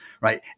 right